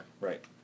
right